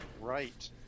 right